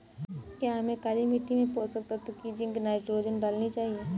क्या हमें काली मिट्टी में पोषक तत्व की जिंक नाइट्रोजन डालनी चाहिए?